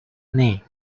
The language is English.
knee